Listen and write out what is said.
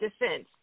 defense